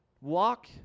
Walk